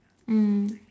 mm